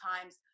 times